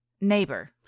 Neighbor